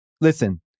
Listen